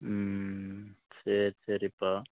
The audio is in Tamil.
ம் சரி சரிபா